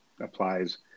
applies